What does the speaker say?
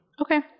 Okay